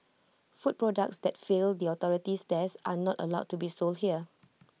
food products that fail the authority's tests are not allowed to be sold here